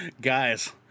guys